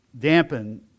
dampen